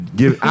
give